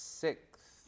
sixth